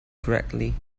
correctly